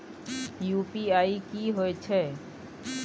UPI की होय छै?